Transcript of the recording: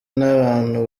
nabantu